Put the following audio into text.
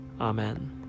Amen